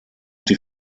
die